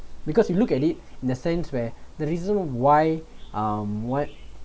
because you look at it in the sense where the reason why um what